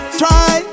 try